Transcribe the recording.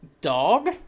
dog